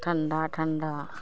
ठण्डा ठण्डा